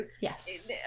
yes